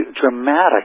dramatic